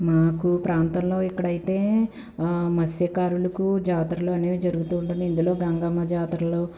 మాకు ప్రాంతంలో ఇక్కడైతే మత్స్యకారులకు జాతరలనేవి జరుగుతూ ఉంటాయి ఇందులో గంగమ్మ జాతరలు